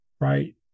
right